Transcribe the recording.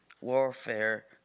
warfare